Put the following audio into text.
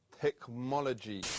Technology